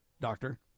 Doctor